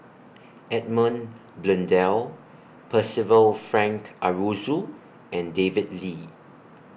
Edmund Blundell Percival Frank Aroozoo and David Lee